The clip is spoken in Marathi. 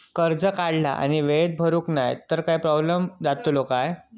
कर्ज काढला आणि वेळेत भरुक नाय तर काय प्रोब्लेम जातलो काय?